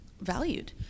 valued